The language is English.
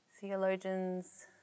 Theologians